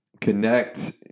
connect